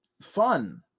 fun